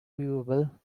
viewable